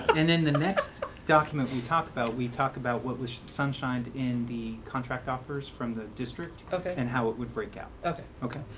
and then the next document we talk about, we talk about what was sunshined in the contract offers from the district okay. and how it would break out. okay. okay?